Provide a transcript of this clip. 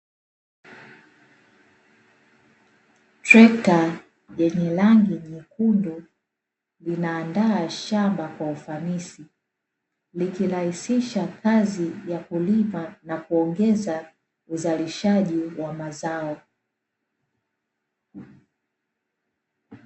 Trekta lenye rangi jekundu linaandaa shamba kwa ufanisi, likirahisisha kazi ya kulima na kuongeza uzalishaji wa mazao.